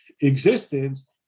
existence